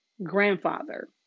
grandfather